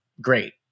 Great